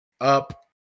up